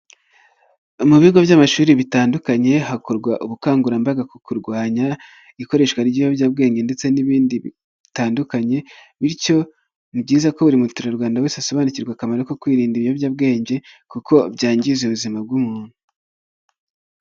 Mu bigo by'amashuri bitandukanye hakorwa ubukangurambaga mu kurwanya ikoreshwa ry'ibiyobyabwenge ndetse n'ibindi bitandukanye, bityo ni byiza ko buri muturarwanda wese asobanukirwa akamaro ko kwirinda ibiyobyabwenge kuko byangiza ubuzima bw'umuntu.